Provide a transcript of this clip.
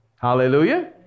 Hallelujah